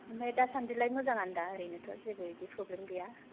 ओमफ्राय दासान्दिलाय मोजाङानो दा ओरैनोथ' जेबो इदि प्रब्लेम गैया